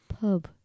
pub